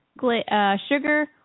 sugar